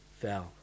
fell